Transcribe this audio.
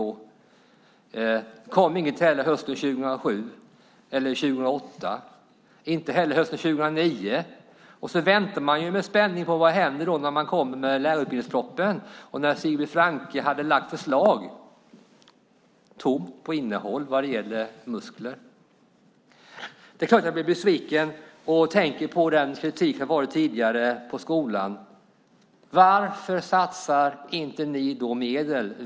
Det kom inget heller hösten 2007 eller 2008, inte heller hösten 2009. Vi väntade då med spänning på vad som skulle hända när man kom med lärarutbildningspropositionen. Och när Sigbrit Franke hade lagt fram ett förslag, tomt på innehåll vad det gäller muskler, är det klart att jag blev besviken och tänkte på den kritik som tidigare riktats mot skolan. Varför satsar ni då inte medel?